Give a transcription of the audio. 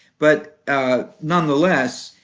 but ah nonetheless,